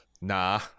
Nah